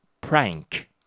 Prank